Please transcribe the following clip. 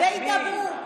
מי?